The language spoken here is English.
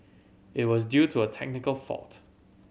it was due to a technical fault